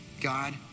God